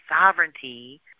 sovereignty